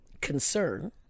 concern